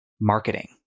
marketing